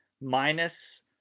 minus